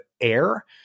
air